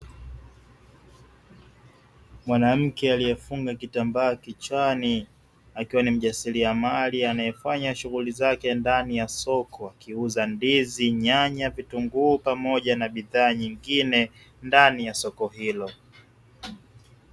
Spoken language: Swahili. Mwanamke aliyefunga kitambaa kichwani akiwa ni mjasiriamali anayefanya shughuli zake ndani ya soko akiuza ndizi, nyanya, vitunguu pamoja na bidhaa nyingine ndani ya soko hilo.